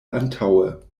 antaŭe